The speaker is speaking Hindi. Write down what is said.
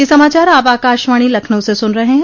ब्रे क यह समाचार आप आकाशवाणी लखनऊ से सुन रहे हैं